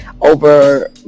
over